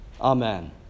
Amen